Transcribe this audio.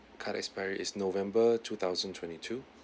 card expiry is november two thousand twenty-two